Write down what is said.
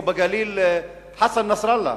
או בגליל יושב חסן נסראללה.